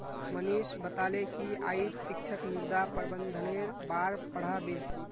मनीष बताले कि आइज शिक्षक मृदा प्रबंधनेर बार पढ़ा बे